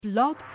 Blog